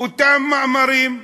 אותם מאמרים,